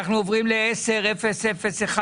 10001 עוברים ל-10001.